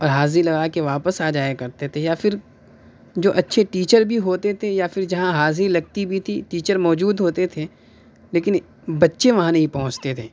اور حاضری لگا کے واپس آ جایا کرتے تھے یا پھر جو اچھے ٹیچر بھی ہوتے تھے یا پھر جہاں حاضری لگتی بھی تھی ٹیچر موجود ہوتے تھے لیکن بچے وہاں نہیں پہنچتے تھے